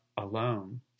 alone